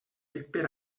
per